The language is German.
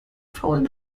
faulen